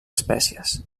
espècies